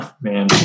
Man